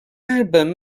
日本